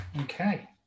Okay